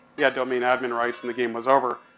he had domain admin rights and the game was over.